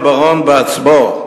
רוני בר-און בעצמו,